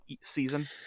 season